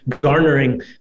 garnering